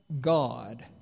God